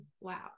wow